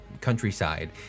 countryside